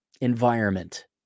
environment